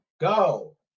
Go